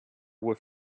with